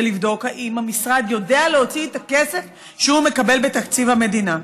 לבדוק אם המשרד יודע להוציא את הכסף שהוא מקבל בתקציב המדינה.